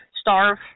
starve